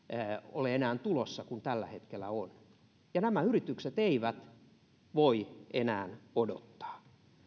ole enää tulossa kuin tällä hetkellä on ja nämä yritykset eivät voi enää odottaa